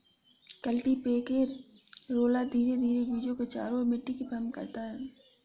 cultipacker roller धीरे धीरे बीजों के चारों ओर मिट्टी को फर्म करता है